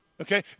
Okay